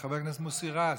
חבר הכנסת מוסי רז.